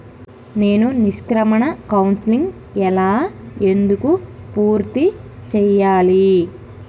నేను నిష్క్రమణ కౌన్సెలింగ్ ఎలా ఎందుకు పూర్తి చేయాలి?